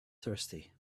thirsty